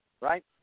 right